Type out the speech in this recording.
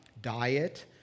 diet